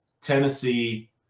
Tennessee